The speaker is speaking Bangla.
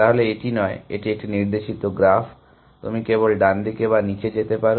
তাহলে এটি নয় এটি একটি নির্দেশিত গ্রাফ তুমি কেবল ডানদিকে বা নীচে যেতে পারো